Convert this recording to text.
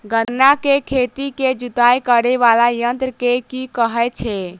गन्ना केँ खेत केँ जुताई करै वला यंत्र केँ की कहय छै?